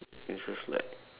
it's just like